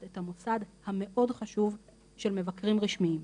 את המוסד המאוד חשוב של מבקרים רשמיים.